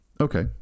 Okay